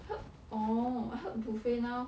heard orh I heard before now